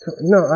No